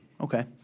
okay